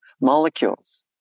molecules